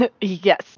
yes